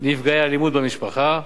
נפגעי אלימות במשפחה,